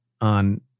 on